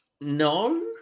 no